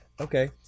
Okay